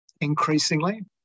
increasingly